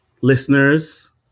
listeners